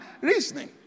reasoning